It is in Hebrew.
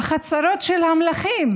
בחצרות של המלכים.